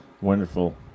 wonderful